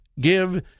give